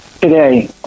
today